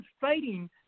fighting